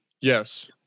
Yes